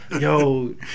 yo